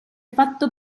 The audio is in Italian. fatto